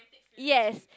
yes